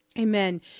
Amen